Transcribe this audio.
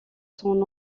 son